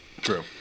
True